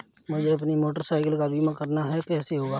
मुझे अपनी motorcycle का बीमा करना है कैसे होगा?